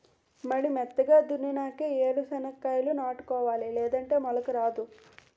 మడి మెత్తగా దున్నునాకే ఏరు సెనక్కాయాలు నాటుకోవాలి లేదంటే మొలక రాదు